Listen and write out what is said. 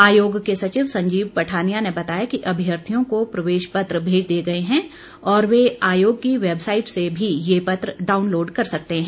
आयोग के सचिव संजीव पठानिया ने बताया कि अभ्यर्थियों को प्रवेश पत्र भेज दिए गए हैं और वे आयोग की वैबसाईट से भी ये पत्र डाउनलोड कर सकते हैं